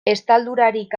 estaldurarik